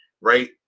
right